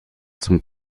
zum